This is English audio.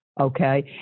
okay